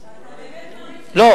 ואתה באמת מאמין,